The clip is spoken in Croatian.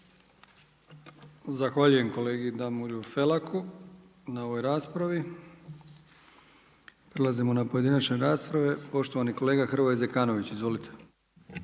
Zahvaljujem poštovanom kolegi Kajtaziju. Prelazimo na pojedinačne rasprave. Poštovani kolega Hrvoje Zekanović. Izvolite.